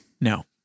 No